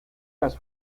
las